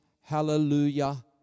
Hallelujah